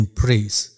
praise